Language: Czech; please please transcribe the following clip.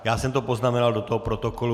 Já jsem to poznamenal do toho protokolu.